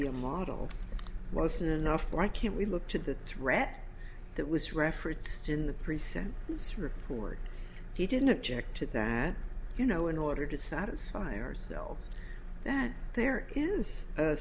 l model wasn't enough why can't we look to the threat that was referenced in the present its report he didn't object to that you know in order to satisfy ourselves that there is